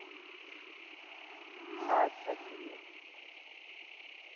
ᱟᱪᱪᱷᱟ ᱴᱷᱤᱠᱜᱮᱭᱟ